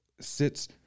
sits